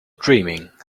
dreaming